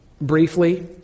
briefly